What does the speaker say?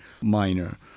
minor